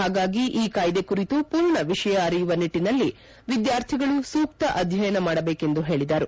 ಪಾಗಾಗಿ ಈ ಕಾಯ್ದೆ ಕುರಿತು ಪೂರ್ಣ ವಿಷಯ ಅರಿಯುವ ನಿಟ್ಟನಲ್ಲಿ ವಿದ್ಕಾರ್ಥಿಗಳು ಸೂಕ್ತ ಅಧ್ಯಯನ ಮಾಡಬೇಕೆಂದು ಹೇಳಿದರು